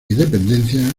dependencias